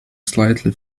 slightly